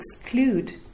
exclude